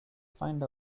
find